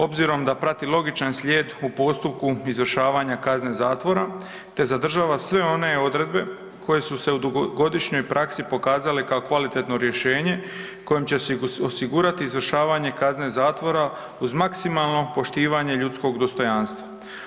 Obzirom da prati logičan slijed u postupku izvršavanja kazne zatvora te zadržava sve one odredbe koje su se u dugogodišnjoj praksi pokazale kao kvalitetno rješenje kojim će osigurati izvršavanje kazne zatvora uz maksimalno poštivanje ljudskog dostojanstva.